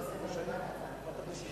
לכלול